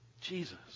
Jesus